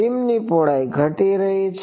બીમની પહોળાઈ ઘટી રહી છે